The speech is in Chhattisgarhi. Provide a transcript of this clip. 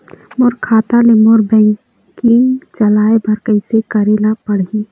मोर खाता ले मोर बैंकिंग चलाए बर कइसे करेला पढ़ही?